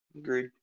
Agreed